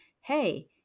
hey